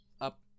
up